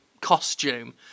costume